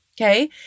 Okay